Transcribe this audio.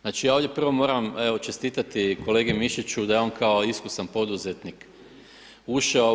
Znači, ja ovdje prvo moram, evo, čestitati kolegi Mišiću da je on kao iskusan poduzetnik ušao u HS.